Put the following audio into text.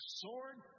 sword